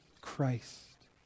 Christ